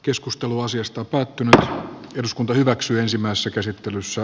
keskustelu asiasta mitä eduskunta hyväksyy ensimmäisessä käsittelyssä